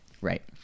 right